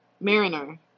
Mariner